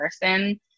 person